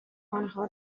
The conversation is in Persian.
آنها